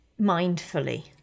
mindfully